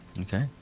Okay